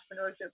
entrepreneurship